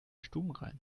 stubenrein